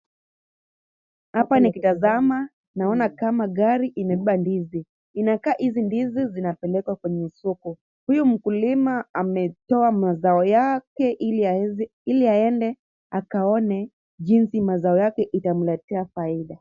Hapa nikitazama naona kama gari imebeba ndizi. Inakaa hizi ndizi zinapelekwa kwenye soko. Huyu mkulima ametoa mazao yake ili aende akaone jinsi mazao yake itamletea faida.